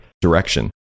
direction